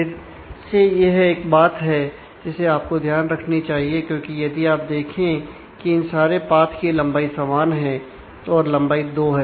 फिर से यह एक बात है जिसे आप को ध्यान से देखनी चाहिए क्योंकि यदि आप देखें कि इन सारे पाथ की लंबाई समान है और लंबाई 2 है